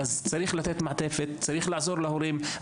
אז צריך לתת מעטפת, צריך לעזור להורים.